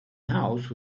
house